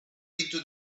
into